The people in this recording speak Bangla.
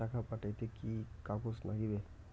টাকা পাঠাইতে কি কাগজ নাগীবে?